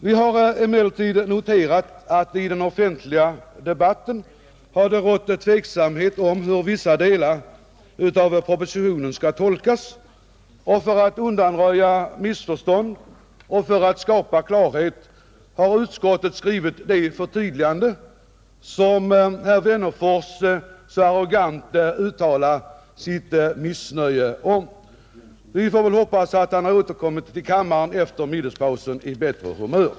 Vi har emellertid noterat att i den offentliga debatten har rått tveksamhet om hur vissa delar av propositionen skall tolkas, och för att undanröja missförstånd och för att skapa klarhet har utskottet skrivit det förtydligande som herr Wennerfors så arrogant uttalade sitt missnöje med. Vi får väl hoppas att han har återkommit till kammaren efter middagspausen i bättre humör.